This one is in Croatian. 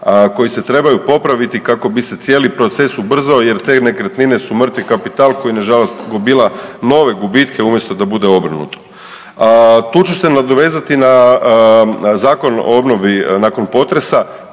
koji se trebaju popraviti kako bi se cijeli proces ubrzao jer te nekretnine su mrtvi kapital koji nažalost gomila nove gubitke umjesto da bude obrnuto. Tu ću se nadovezati na Zakon o obnovi nakon potresa